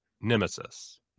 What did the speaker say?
nemesis